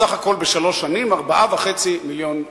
בסך הכול בשלוש שנים 4.5 מיליוני שקלים.